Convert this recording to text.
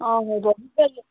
ରବିବାରେ